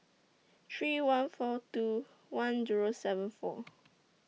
three one four two one Zero seven four